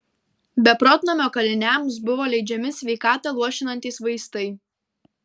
beprotnamio kaliniams buvo leidžiami sveikatą luošinantys vaistai